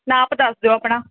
ਨਾਪ ਦੱਸ ਦਿਓ ਆਪਣਾ